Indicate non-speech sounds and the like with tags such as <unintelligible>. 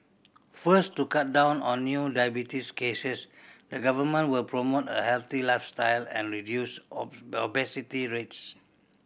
first to cut down on new diabetes cases the Government will promote a healthy lifestyle and reduce <unintelligible> obesity rates